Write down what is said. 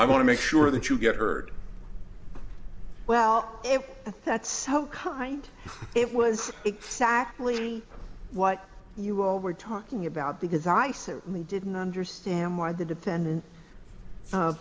i want to make sure that you get heard well if that's so kind of it was exactly what you all were talking about because i certainly didn't understand why the defendant